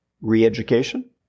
re-education